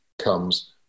comes